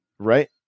Right